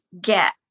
get